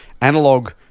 analog